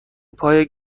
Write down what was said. پای